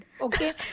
okay